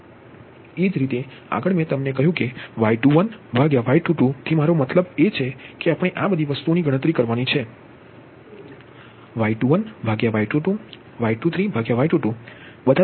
એ જ રીતે આગળ મેં તમને કહ્યું છે Y21Y22 થી મારો મતલબ એ છે કે આપણે આ બધી વસ્તુઓની ગણતરી કરવાની છે Y21Y22 Y23Y22બધા તમે ગણતરી કરી છે